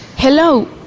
Hello